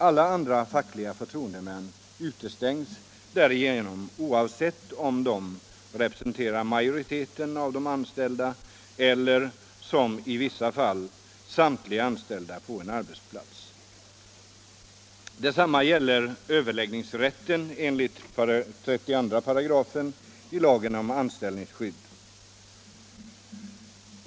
Alla andra fackliga förtroendemän utestängs därigenom, oavsett om de representerar majoriteten av de anställda eller — som i vissa fall — samtliga anställda på en arbetsplats. Detsamma gäller överläggningsrätten enligt 32 § i lagen om anställningsskydd.